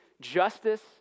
justice